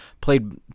played